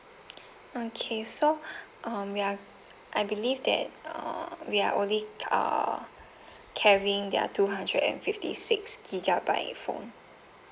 okay so um we are I believe that uh we are only uh carrying their two hundred and fifty six gigabyte phone